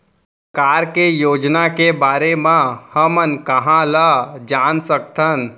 सरकार के योजना के बारे म हमन कहाँ ल जान सकथन?